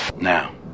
Now